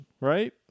right